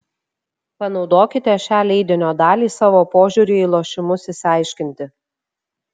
panaudokite šią leidinio dalį savo požiūriui į lošimus išsiaiškinti